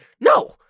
no